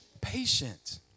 Patient